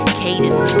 cadence